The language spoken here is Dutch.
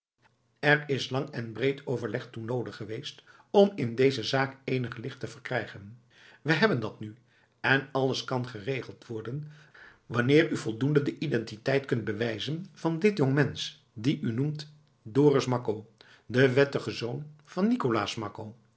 er is lang en breed overleg toe noodig geweest om in deze zaak eenig licht te verkrijgen we hebben dat nu en alles kan geregeld worden wanneer u voldoende de identiteit kunt bewijzen van dit jongmensch dien u noemt dorus makko den wettigen zoon van nicolaas makko